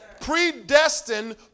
Predestined